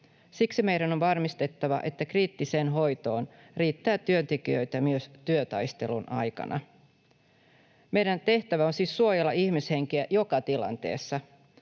Siksi meidän on varmistettava, että kriittiseen hoitoon riittää työntekijöitä myös työtaistelun aikana. Meidän tehtävä on siis suojella ihmishenkiä joka tilanteessa,